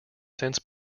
since